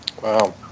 Wow